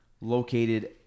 located